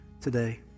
today